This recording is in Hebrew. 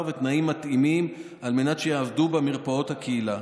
ותנאים מתאימים כדי שיעבדו במרפאות הקהילה.